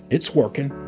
it's working.